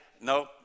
no